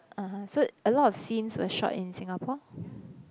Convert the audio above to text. (uh huh) so a lot of scenes were shot in Singapore